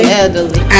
elderly